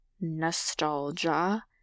nostalgia